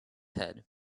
head